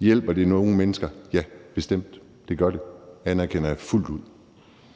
Hjælper det nogen mennesker? Ja, bestemt, det gør det. Det andet anerkender jeg fuldt ud,